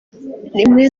rimwe